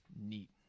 Neat